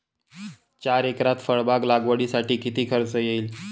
चार एकरात फळबाग लागवडीसाठी किती खर्च येईल?